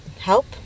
help